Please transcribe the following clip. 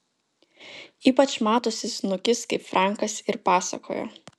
ypač matosi snukis kaip frankas ir pasakojo